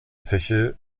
zeche